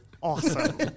awesome